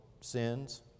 sins